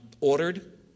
ordered